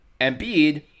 Embiid